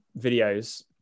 videos